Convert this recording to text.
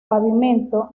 pavimento